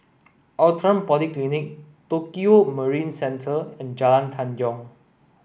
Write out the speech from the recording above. Outram Polyclinic Tokio Marine Centre and Jalan Tanjong